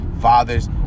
fathers